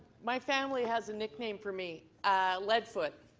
my family has a nickname for me led foot.